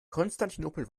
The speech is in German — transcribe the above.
konstantinopel